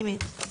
פנימית.